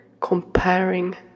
comparing